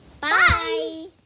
Bye